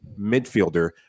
midfielder